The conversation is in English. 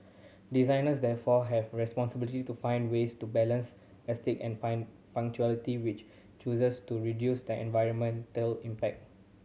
designers therefore have responsibility to find ways to balance aesthetic and functionality with choices to reduce the environmental impact